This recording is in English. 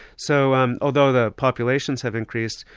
so um although the populations have increased,